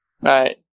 right